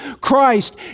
Christ